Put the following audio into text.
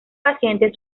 paciente